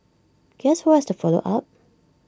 guess who has to follow up